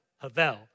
Havel